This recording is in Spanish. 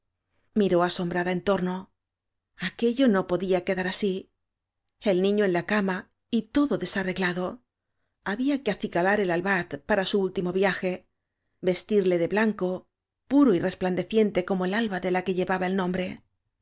miró asombrada en torno aquello no podía quedar así el niño en la cama y todo desarreglado había que acicalar al albat para su último viaje vestirle de blanco puro y resplandeciente como el alba de la que llevaba el nombre